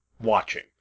watching